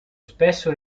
spesso